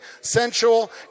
sensual